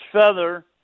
feather